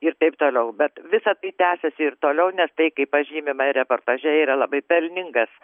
ir taip toliau bet visa tai tęsiasi ir toliau nes tai kaip pažymima reportaže yra labai pelningas